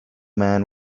man